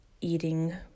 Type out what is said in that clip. eating